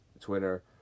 Twitter